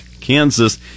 kansas